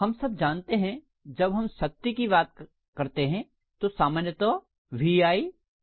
हम सब जानते हैं जब हम शक्ति की बात करते हैं तो सामान्यतः VI होती है